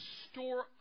store